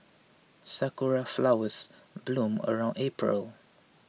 sakura flowers bloom around April